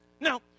Now